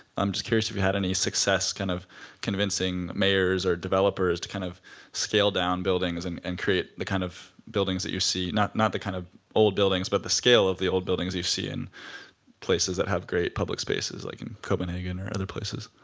i'm just curious if you had any success kind of convincing mayors or developers to kind of scale down buildings and and create the kind of buildings that you see not not the kind of old buildings, but the scale of the old buildings you see in places that have great public spaces like in copenhagen or other places.